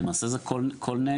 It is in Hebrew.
למעשה זה כל נאמן.